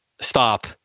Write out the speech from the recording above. Stop